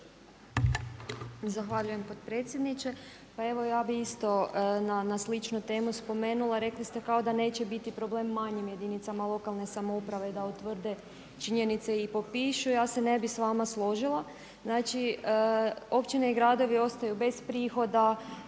Zahvaljujem potpredsjedniče. Pa evo ja bih isto na sličnu temu spomenula, rekli ste kao da neće biti problem manjim jedinicama lokalne samouprave da utvrde činjenice i popišu. Ja se ne bih sa vama složila. Znači, općine i gradovi ostaju bez prihoda